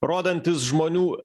rodantis žmonių